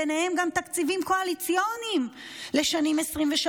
וביניהם גם תקציבים קואליציוניים לשנים 2023